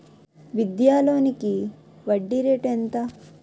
విద్యా లోనికి వడ్డీ రేటు ఎంత?